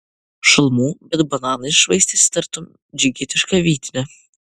šalmų bet bananais švaistėsi tartum džigitiška vytine